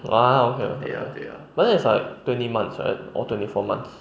!wow! okay okay but then is like twenty months right or twenty four months